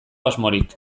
asmorik